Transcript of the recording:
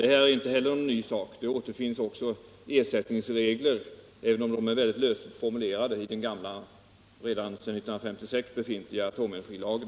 Detta är inte heller något nytt — det finns = anställda vid ersättningsregler, även om de är löst formulerade, i den sedan 1956 gäl — kärnkraftsbyggen, lande atomenergilagen.